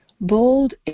bold